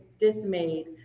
dismayed